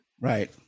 Right